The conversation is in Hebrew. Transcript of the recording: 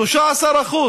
13%,